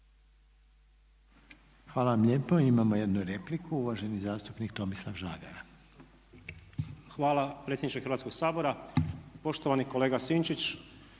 Hvala vam lijepo. Imamo jednu repliku, uvaženi zastupnik Tomislav Žagar. **Žagar, Tomislav (SDP)** Hvala predsjedniče Hrvatskog sabora. Poštovani kolega Sinčić,